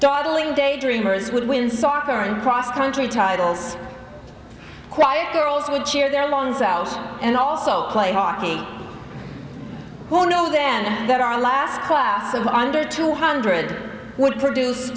dawdling daydreamers would win soccer and cross country titles quiet girls would cheer their lawns out and also play hockey who knew then that our last class of under two hundred would produce